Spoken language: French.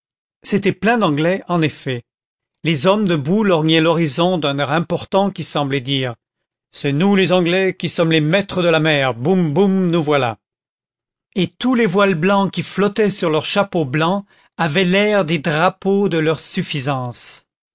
c'était plein d'anglais en effet les hommes debout lorgnaient l'horizon d'un air important qui semblait dire c'est nous les anglais qui sommes les maîtres de la mer boum boum nous voilà et tous les voiles blancs qui flottaient sur leurs chapeaux blancs avaient l'air des drapeaux de leur suffisance